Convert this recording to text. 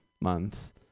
months